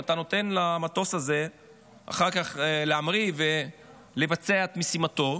אתה נותן אחר כך למטוס הזה להמריא ולבצע את משימתו.